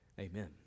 Amen